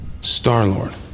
Star-Lord